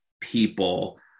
people